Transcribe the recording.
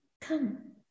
come